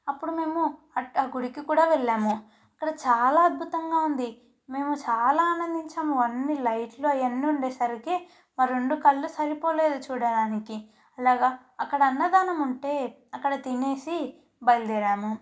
అప్పుడు మేము ఆ గుడికి కూడా వెళ్ళాము అక్కడ చాలా అద్భుతంగా ఉంది మేము చాలా ఆనందించాము అన్నీ లైట్లు అవన్నీ ఉండేసరికి మా రెండు కళ్ళు సరిపోలేదు చూడడానికి అలాగ అక్కడ అన్నదానము ఉంటే అక్కడ తినేసి బయలుదేరాము